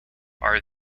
are